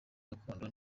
gakondo